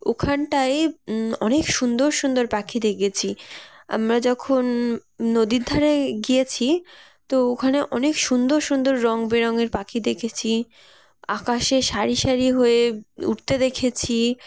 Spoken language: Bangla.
ওখানটায় অনেক সুন্দর সুন্দর পাখি দেখেছি আমরা যখন নদীর ধারে গিয়েছি তো ওখানে অনেক সুন্দর সুন্দর রঙ বেরঙের পাখি দেখেছি আকাশে সারি সারি হয়ে উড়তে দেখেছি